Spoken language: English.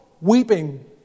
Weeping